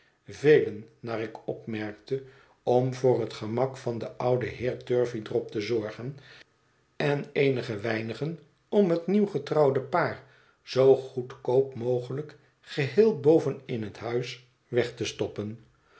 velen naar ik opmerkte om voor het gemak van den ouden heer turveydrop te zorgen en eenige weinigen om het nieuw getrouwde paar zoo goedkoop mogelijk geheel boven in het huis weg te stoppen